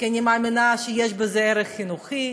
כי אני מאמינה שיש בזה ערך חינוכי.